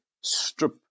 strip